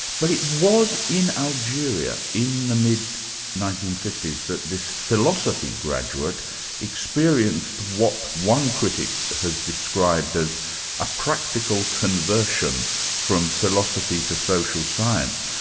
but it was in algeria, in the mid nineteen fifty s that this philosophy graduate experienced what one critic has described as a practical conversion from philosophy to social science.